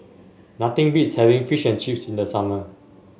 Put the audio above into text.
nothing beats having Fish and Chips in the summer